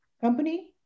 company